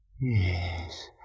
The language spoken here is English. Yes